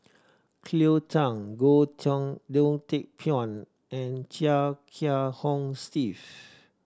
Cleo Thang Goh Goh Teck Phuan and Chia Kiah Hong Steve